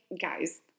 guys